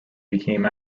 became